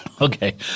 Okay